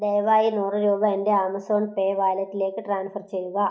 ദയവായി നൂറ് രൂപ എൻ്റെ ആമസോൺ പേ വാലറ്റിലേക്ക് ട്രാൻസ്ഫർ ചെയ്യുക